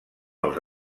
els